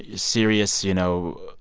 serious, you know,